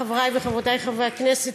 חברי וחברותי חברי הכנסת,